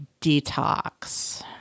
detox